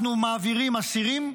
אנחנו מעבירים אסירים,